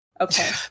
Okay